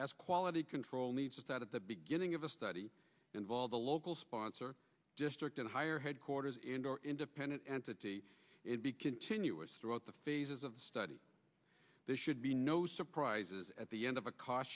as quality control needs to start at the beginning of the study involve the local sponsor district and higher headquarters and or independent entity be continuous throughout the phases of study this should be no surprises at the end of a cost